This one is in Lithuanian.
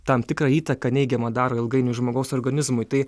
tam tikrą įtaką neigiamą daro ilgainiui žmogaus organizmui tai